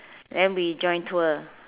then we join tour